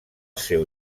seu